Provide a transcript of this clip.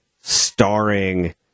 starring